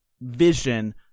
vision